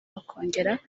bakongera